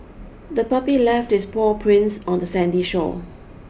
the puppy left its paw prints on the sandy shore